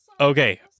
Okay